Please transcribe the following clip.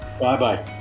Bye-bye